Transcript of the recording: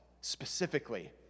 specifically